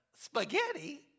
Spaghetti